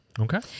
Okay